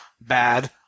bad